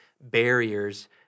barriers